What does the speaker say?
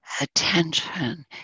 attention